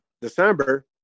December